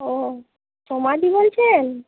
ও সোমাদি বলছেন